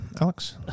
Alex